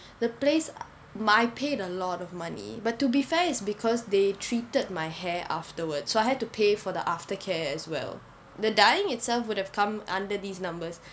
the place my paid a lot of money but to be fair is because they treated my hair afterwards so I had to pay for the aftercare as well the dyeing itself would have come under these numbers